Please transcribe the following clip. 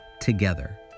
together